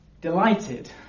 delighted